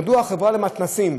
מדוע החברה למתנ"סים,